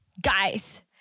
Guys